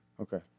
Okay